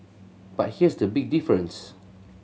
but here's the big difference